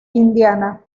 indiana